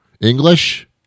English